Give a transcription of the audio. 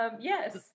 yes